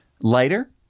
lighter